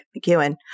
McEwen